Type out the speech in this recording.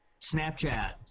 Snapchat